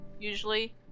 usually